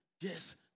Yes